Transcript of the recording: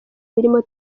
birimo